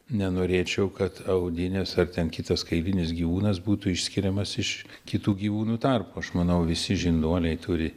nenorėčiau kad audinės ar ten kitas kailinis gyvūnas būtų išskiriamas iš kitų gyvūnų tarpo aš manau visi žinduoliai turi